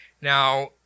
now